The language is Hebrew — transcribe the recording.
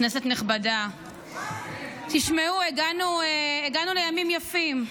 כנסת נכבדה, תשמעו, הגענו לימים יפים,